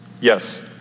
Yes